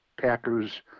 Packers